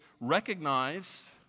recognize